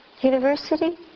university